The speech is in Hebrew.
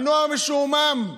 הנוער משועמם,